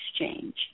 exchange